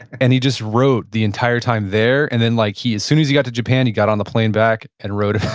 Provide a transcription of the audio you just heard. and he just wrote the entire time there. and then like as soon as he got to japan, he got on the plane back and wrote it.